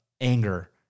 anger